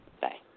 Bye